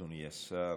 אדוני השר,